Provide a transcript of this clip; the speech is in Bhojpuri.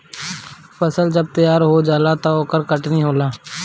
फसल जब तैयार हो जाला त ओकर कटनी होला